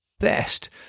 Best